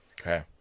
Okay